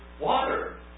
water